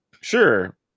Sure